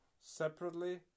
separately